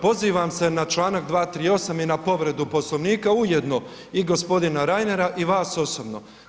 Pozivam se na članak 238. i na povredu Poslovnika, ujedno i gospodina Reinera i vas osobno.